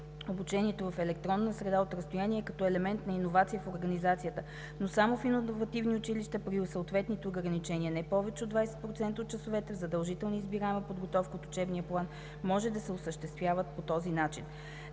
обучението в електронна среда от разстояние, е като елемент на иновация в организацията, но само в иновативните училища и при съответните ограничения – не повече от 20% от часовете по задължителна избираема подготовка от учебния план може да се осъществяват по този начин.